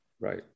Right